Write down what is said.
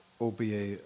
OBA